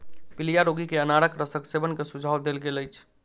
पीलिया रोगी के अनारक रसक सेवन के सुझाव देल गेल अछि